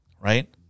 right